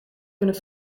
kunnen